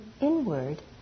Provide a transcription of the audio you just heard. inward